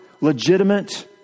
Legitimate